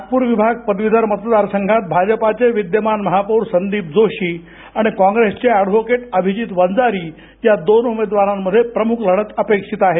नागपूर विभाग पदवीधर मतदार संघात भाजपाचे विद्यमान महापौर संदिप जोशी आणि कॉप्रेसचे अॅडव्होकेट अभिजीत वंजारी या दोन उमेदवारामध्ये प्रमुख लढत होणार आहे